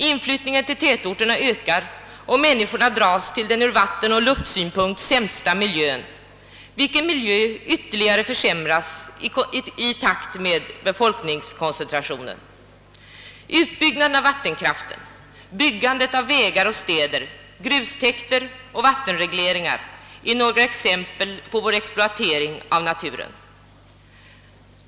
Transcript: Inflyttningen till tätorterna ökar, och människorna drages till den ur vattenoch luftsynpunkt sämsta miljön, vilken ytterligare försämras i takt med befolkningskoncentrationen. Utbyggnaden av vattenkraften, byggandet av vägar och städer, grustäkter och vattenregleringar är några exempel på vår exploatering av naturen.